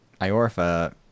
Iorfa